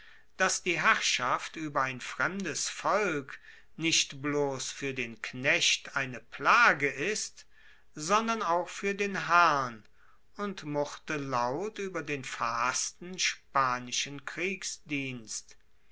dass die herrschaft ueber ein fremdes volk nicht bloss fuer den knecht eine plage ist sondern auch fuer den herrn und murrte laut ueber den verhassten spanischen kriegsdienst